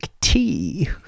tea